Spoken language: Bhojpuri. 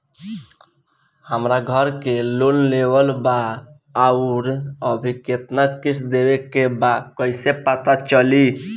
हमरा घर के लोन लेवल बा आउर अभी केतना किश्त देवे के बा कैसे पता चली?